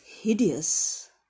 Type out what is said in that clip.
hideous